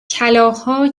کلاغها